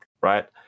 right